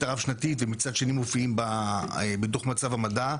הרב-שנתית ומצד שני מופיעים בדוח מצב המדע.